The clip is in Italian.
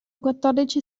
quattordici